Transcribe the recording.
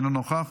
אינו נוכח,